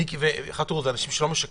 ולא מדובר באנשים שמשקרים.